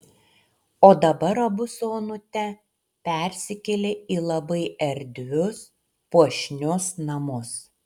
o dabar abu su onute persikėlė į labai erdvius puošnius namus